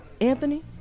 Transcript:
Anthony